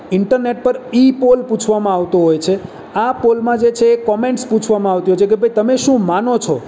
internet પર ઈ poll પૂછવામાં આવતો હોય છે આ પોલમાં જે છે એ કોમેન્ટ્સ પૂછવામાં આવતી હોય છે કે ભાઈ તમે શું માનો છો